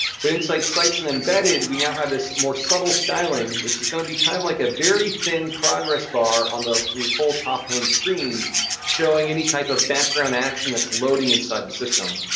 but inside sites and embedded, we now have this more subtle styling, which is gonna be kind of like a very thin progress bar on the whole top-hand screen showing any type of background action that's loading inside the system.